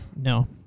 No